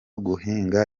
guhinga